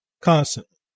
constantly